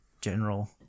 general